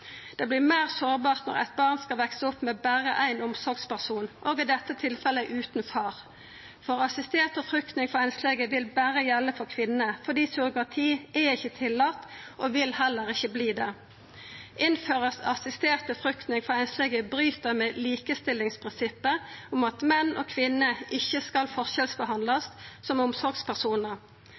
Det vert meir sårbart når eit barn skal veksa opp med berre ein omsorgsperson og i dette tilfellet utan far. For assistert befruktning for einslege vil berre gjelda for kvinner, fordi surrogati er ikkje tillate og vil heller ikkje verta det. Innfører vi assistert befruktning for einslege, bryt det med likestillingsprinsippet om at menn og kvinner ikkje skal forskjellsbehandlast som omsorgspersonar.